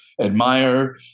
admire